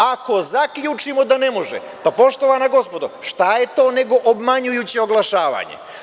Ako zaključimo da ne može, poštovana gospodo, šta je to nego obmanjujuće oglašavanje?